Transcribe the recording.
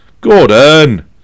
Gordon